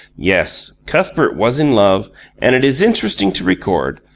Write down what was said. yes, cuthbert was in love and it is interesting to record,